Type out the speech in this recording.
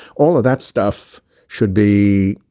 all of that stuff should be